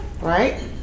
right